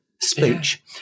speech